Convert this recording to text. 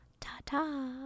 Ta-ta